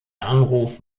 anruf